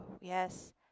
yes